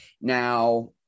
Now